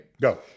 Go